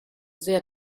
sehr